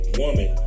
woman